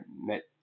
met